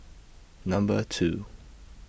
Number two